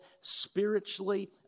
spiritually